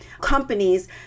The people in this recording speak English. companies